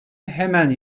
hemen